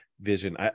vision